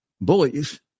bullies